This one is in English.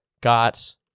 got